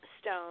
stone